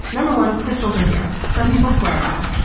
number one crystals are here. some people swear by um